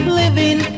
living